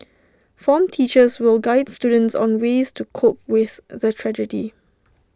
form teachers will Guides students on ways to cope with the tragedy